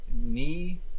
knee